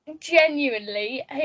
Genuinely